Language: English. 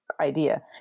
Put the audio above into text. idea